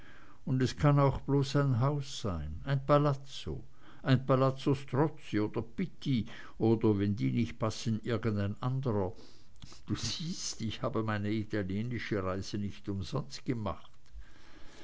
und es kann auch bloß ein haus sein ein palazzo ein palazzo strozzi oder pitti oder wenn die nicht passen irgendein andrer du siehst ich habe meine italienische reise nicht umsonst gemacht